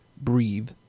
breathe